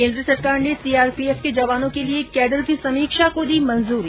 केन्द्र सरकार ने सीआरपीएफ के जवानों के लिए कैडर की समीक्षा को दी मंजूरी